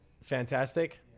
Fantastic